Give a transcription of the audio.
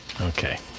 Okay